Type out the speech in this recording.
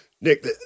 Nick